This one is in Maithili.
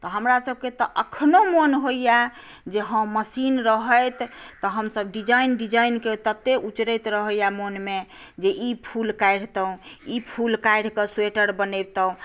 तऽ हमरा सभकेँ तऽ अखनो मन होइया जे हँ मशीन रहैत तऽ हमसभ डिजाइन डिजाइन के तते उचरैत रहैया मनमे जे ई फुल काढ़ितहुँ ई फुल काढ़िकऽ स्वेटर बनबितहुँ